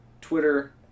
Twitter